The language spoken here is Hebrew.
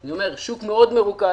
אני אומר שזה שוק מאוד מרוכז,